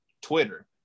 Twitter